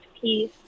peace